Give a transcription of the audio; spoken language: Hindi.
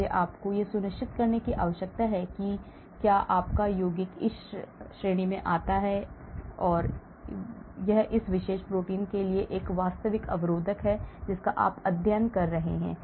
इसलिए आपको यह सुनिश्चित करने की आवश्यकता है कि आपका यौगिक इस श्रेणी में नहीं आता है और यह एक विशेष प्रोटीन के लिए एक वास्तविक अवरोधक है जिसका आप अध्ययन कर रहे हैं